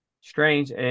strange